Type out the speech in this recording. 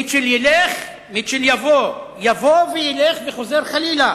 מיטשל ילך, מיטשל יבוא, יבוא וילך וחוזר חלילה.